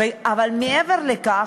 ומעבר לכך,